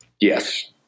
Yes